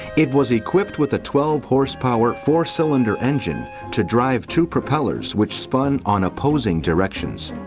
it was equipped with a twelve horsepower, four-cylinder engine to drive two propellers which spun on opposing directions.